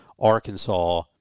Arkansas